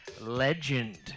Legend